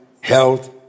health